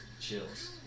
chills